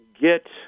get